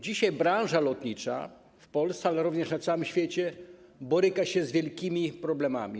Dzisiaj branża lotnicza w Polsce, ale również na całym świecie boryka się z wielkimi problemami.